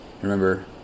Remember